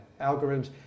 algorithms